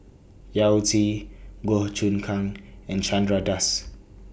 Yao Zi Goh Choon Kang and Chandra Das